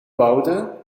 bouwde